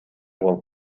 болуп